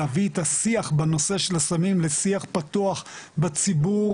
להביא את השיח בנושא של הסמים לשיח פתוח בציבור,